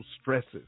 stresses